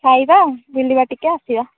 ଖାଇବା ବୁଲିବା ଟିକେ ଆସିବା